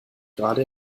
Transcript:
gerade